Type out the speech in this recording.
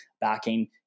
backing